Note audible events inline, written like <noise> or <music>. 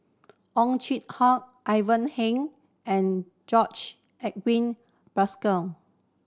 Ow Chin Hock Ivan Heng and George Edwin <unintelligible>